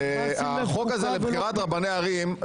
החוק הזה לבחירת רבני ערים,